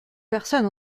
personne